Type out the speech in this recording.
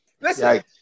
Listen